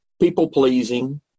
people-pleasing